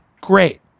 Great